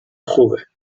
خوبه